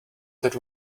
that